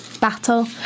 battle